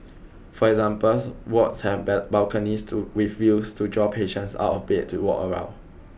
for examples wards have balconies to reviews to draw patients out of bed to walk around